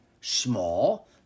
small